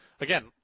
again